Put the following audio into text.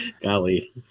Golly